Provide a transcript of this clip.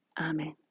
Amen